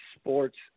sports